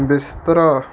ਬਿਸਤਰਾ